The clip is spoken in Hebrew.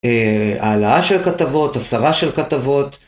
העלאה של כתבות, הסרה של כתבות.